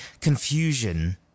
confusion